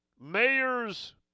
Mayor's